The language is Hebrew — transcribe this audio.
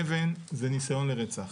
אבן זה ניסיון לרצח.